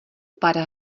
pár